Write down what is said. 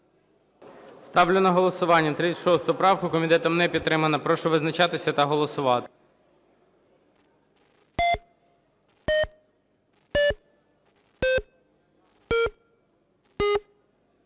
Ставлю на голосування правку 49 Власенка, комітетом не підтримана. Прошу визначатися та голосувати.